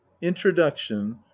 introduction